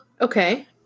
Okay